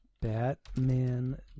Batman